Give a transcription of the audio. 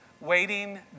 Waiting